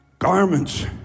garments